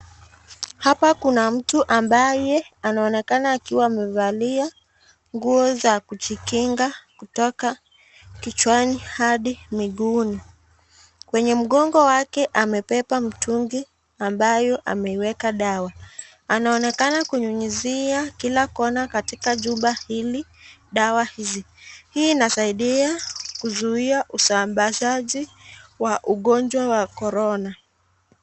Hapa kuna mtu ambaye anaonekana akiwa amevaa nguo za kujikinga kutoka kichwani hadi miguuni. Kwenye mgongo wake amepepa mtungi ambayo ameiweka dawa. Anaonekana kunyunyuzia kila kona katika jumba hili dawa hizi. Hii inasaidia kuzuia usambazaji wa ugonjwa wa Corona.